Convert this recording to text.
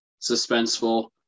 suspenseful